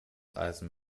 eisen